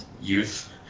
youth